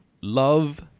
love